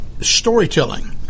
storytelling